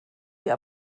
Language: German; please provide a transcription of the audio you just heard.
dir